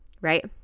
right